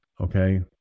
okay